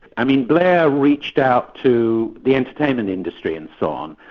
i mean blair reached out to the entertainment industry and so on,